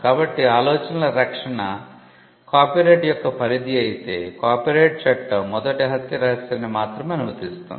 కాబట్టి ఆలోచనల రక్షణ కాపీరైట్ యొక్క పరిధి అయితే కాపీరైట్ చట్టం మొదటి హత్య రహస్యాన్ని మాత్రమే అనుమతిస్తుంది